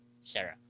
Sarah